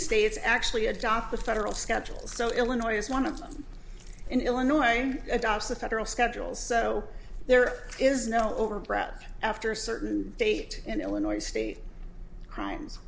states actually adopt the federal schedules so illinois is one of them in illinois the federal schedule so there is no overbroad after a certain date in illinois state crimes